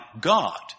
God